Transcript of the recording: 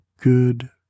good